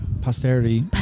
Posterity